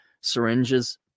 syringes